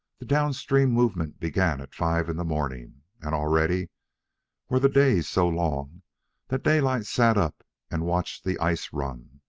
the down-stream movement began at five in the morning, and already were the days so long that daylight sat up and watched the ice-run.